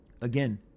Again